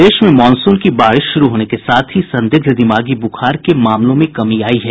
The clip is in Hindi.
प्रदेश में मॉनसून की बारिश शुरू होने के साथ ही संदिग्ध दिमागी बुखार के मामलों में कमी आयी है